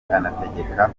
anategeka